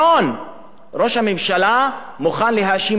ראש הממשלה מוכן להאשים את כל העולם,